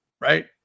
right